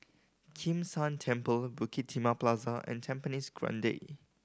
Kim San Temple Bukit Timah Plaza and Tampines Grande